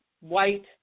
white